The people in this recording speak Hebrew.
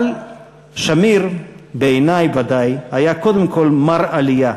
אבל שמיר, בעיני ודאי, היה קודם כול "מר עלייה",